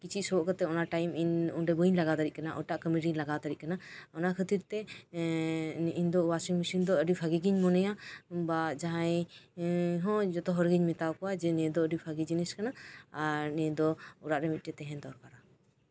ᱠᱤᱪᱨᱤᱡ ᱚᱱᱟ ᱴᱟᱭᱤᱢ ᱤᱧ ᱚᱱᱮ ᱵᱟᱹᱧ ᱞᱟᱜᱟᱣ ᱫᱟᱲᱮᱭᱟᱜ ᱠᱟᱱᱟ ᱮᱴᱟᱜ ᱠᱟᱹᱢᱤᱨᱤᱧ ᱞᱟᱜᱟᱣ ᱫᱟᱲᱮᱜ ᱠᱟᱱᱟ ᱚᱱᱟ ᱠᱷᱟᱹᱛᱤᱛᱮ ᱳᱣᱟᱥᱤᱝ ᱢᱮᱥᱤᱱ ᱫᱚ ᱟᱹᱰᱤ ᱵᱷᱟᱹᱜᱤ ᱜᱤᱧ ᱢᱚᱱᱮᱭᱟ ᱟᱨ ᱡᱟᱦᱟᱸᱭ ᱦᱚᱸ ᱡᱚᱛᱚ ᱦᱚᱲ ᱜᱤᱧ ᱢᱮᱛᱟ ᱠᱚᱣᱟ ᱡᱮ ᱱᱤᱭᱟᱹ ᱫᱚ ᱟᱹᱰᱤ ᱵᱷᱟᱹᱜᱤ ᱡᱤᱱᱤᱥ ᱠᱟᱱᱟ ᱱᱤᱭᱟᱹ ᱫᱚ ᱚᱲᱟᱜ ᱨᱮ ᱢᱤᱫᱴᱟᱱ ᱛᱟᱸᱦᱮᱱ ᱫᱚᱨᱠᱟᱨ